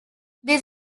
this